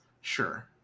Sure